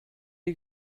que